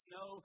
no